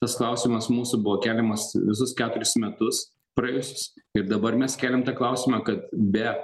tas klausimas mūsų buvo keliamas visus keturis metus praėjusius ir dabar mes keliam tą klausimą kad be